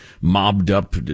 mobbed-up